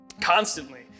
Constantly